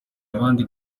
abandi